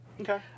Okay